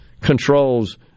controls